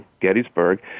Gettysburg